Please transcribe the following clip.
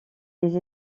des